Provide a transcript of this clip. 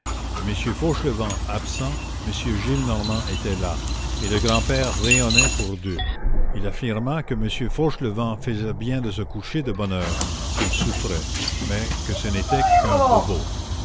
m fauchelevent absent m gillenormand était là et le grand-père rayonnait pour deux il affirma que m fauchelevent faisait bien de se coucher de bonne heure s'il souffrait mais que ce n'était qu'un bobo